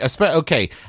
okay